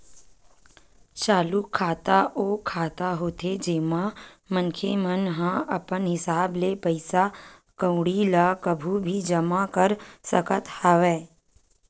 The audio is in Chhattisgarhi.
चालू खाता ओ खाता होथे जेमा मनखे मन ह अपन हिसाब ले पइसा कउड़ी ल कभू भी जमा कर सकत हवय